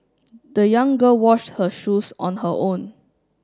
the young girl washed her shoes on her own